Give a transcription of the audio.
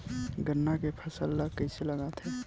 गन्ना के फसल ल कइसे लगाथे?